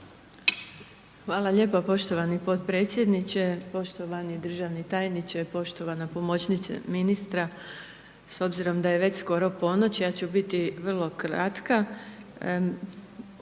Hvala lijepa poštovani podpredsjedniče, poštovani državni tajniče, poštovana pomoćnice ministra, s obzirom da je već skoro ponoć, ja ću biti vrlo kratka. Oni